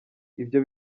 ibyo